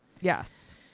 Yes